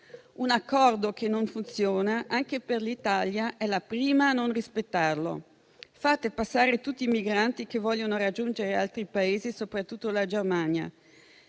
un accordo che non funziona anche perché l'Italia è la prima a non rispettarlo: fate passare tutti i migranti che vogliono raggiungere altri Paesi, soprattutto la Germania.